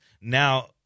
Now